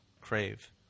crave